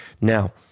Now